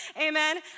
Amen